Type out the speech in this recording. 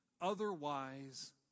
Otherwise